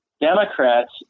democrats